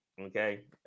Okay